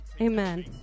amen